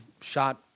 shot